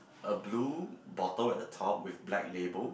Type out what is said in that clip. a blue bottle at the top with black label